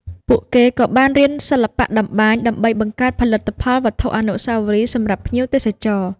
ពួកគេក៏បានរៀនសិល្បៈតម្បាញដើម្បីបង្កើតផលិតផលវត្ថុអនុស្សាវរីយ៍សម្រាប់ភ្ញៀវទេសចរ។